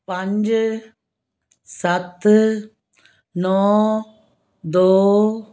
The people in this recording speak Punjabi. ਪੰਜ ਸੱਤ ਨੌਂ ਦੋ